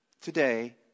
Today